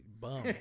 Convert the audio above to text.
bum